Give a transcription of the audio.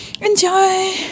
enjoy